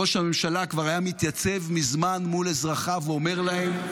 ראש הממשלה כבר היה מתייצב ------- מזמן מול אזרחיו ואומר להם: